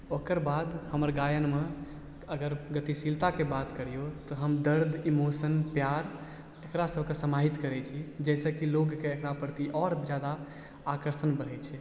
ओकर बाद हमर गायनमे अगर गतिशीलताके बात करियौ तऽ हम दर्द इमोशन प्यार एकरा सभके समाहित करै छी जाहिसँ कि लोगके एकरा प्रति आओर जादा आकर्षण बढ़ै छै